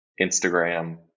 Instagram